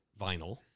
vinyl